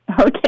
Okay